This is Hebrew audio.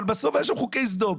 אבל בסוף היו שם חוקי סדום.